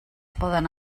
poden